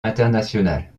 internationale